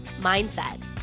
mindset